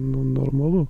nu normalu